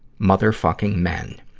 motherfucking men!